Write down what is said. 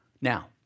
Now